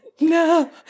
no